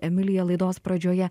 emilija laidos pradžioje